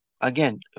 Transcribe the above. Again